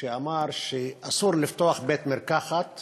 שאמר שאסור לפתוח בית-מרקחת